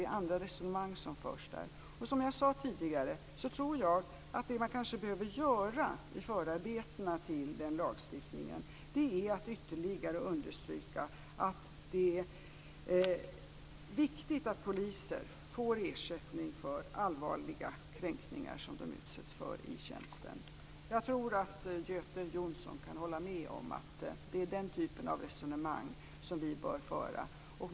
Det är andra resonemang som förs där. Som jag sade tidigare tror jag att det man kanske behöver göra i förarbetena till denna lagstiftning är att ytterligare understryka att det är viktigt att poliser får ersättning för allvarliga kränkningar som de utsätts för i tjänsten. Jag tror att Göte Jonsson kan hålla med om att det är den typen av resonemang som vi bör föra.